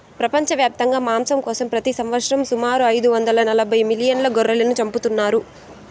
ప్రపంచవ్యాప్తంగా మాంసం కోసం ప్రతి సంవత్సరం సుమారు ఐదు వందల నలబై మిలియన్ల గొర్రెలను చంపుతున్నారు